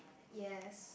yes